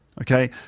Okay